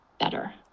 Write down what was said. better